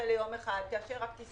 תמשיכי בתקנות החדשות.